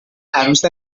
عروس